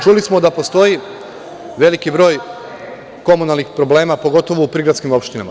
Čuli smo da postoji veliki broj komunalnih problema, pogotovo u prigradskim opštinama.